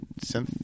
synth